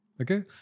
Okay